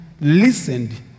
listened